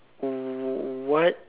what